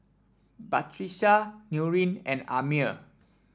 Batrisya Nurin and Ammir